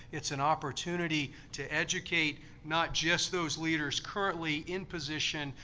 it's an opportunity to educate not just those leaders currently in position,